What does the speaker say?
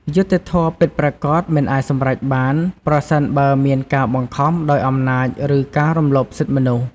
យុត្តិធម៌ពិតប្រាកដមិនអាចសម្រេចបាន ប្រសិនបើមានការបង្ខំដោយអំណាចឬការរំលោភសិទ្ធិមនុស្ស។